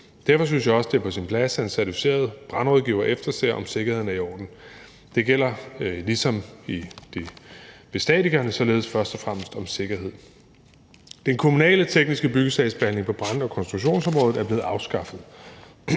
Derfor synes jeg også, det er på sin plads, at en certificeret brandrådgiver efterser, om sikkerheden er i orden. Det gælder ligesom ved statikernes arbejde først og fremmest om sikkerhed. Den kommunale tekniske byggesagsbehandling på brand- og konstruktionsområdet er blevet afskaffet.